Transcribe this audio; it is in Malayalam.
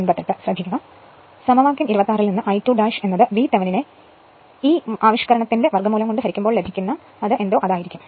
സമവാക്യം 26ൽ നിന്ന് I2 എന്നത് VThevenin നെ ഈ ആവിഷ്കരണത്തിന്റെ വർഗമൂലം കൊണ്ട് ഹരിക്കുമ്പോൾ ലഭിക്കുന്നത് ആയിരിക്കും